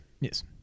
Yes